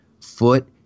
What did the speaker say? foot